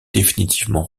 définitivement